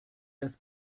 das